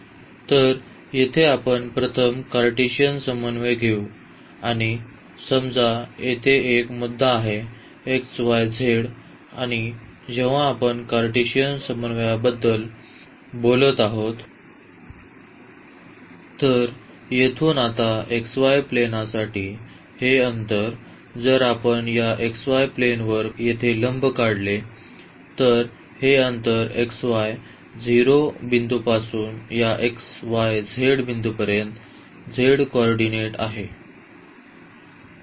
तर येथे आपण प्रथम हे कार्टेशियन समन्वय घेऊ आणि समजा येथे एक मुद्दा आहे xyz आणि जेव्हा आपण कार्टेशियन समन्वयाबद्दल बोलत आहोत तर येथून आता xy प्लेनासाठी हे अंतर जर आपण या xy प्लेनवर येथे लंब काढले तर हे अंतर xy 0 बिंदूपासून या xyz बिंदूपर्यंत z को ऑर्डिनेट आहे